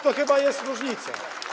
To chyba jest różnica.